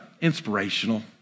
Inspirational